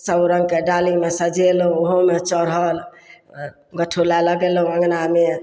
सबरङ्गके डालीमे सजेलहुँ ओहोमे चढ़ल गोठुल्ला लगेलहुँ अङ्गनामे